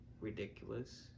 ridiculous